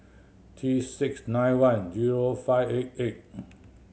T six nine one zero five eight eight